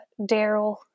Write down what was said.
Daryl